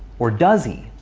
or does he?